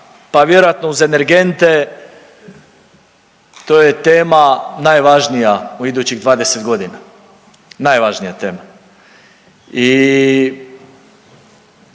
pa vjerojatno uz energente to je tema najvažnija u idućih 20 godina, najvažnija tema. I